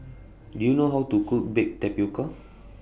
Do YOU know How to Cook Baked Tapioca